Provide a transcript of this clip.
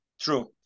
True